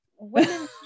women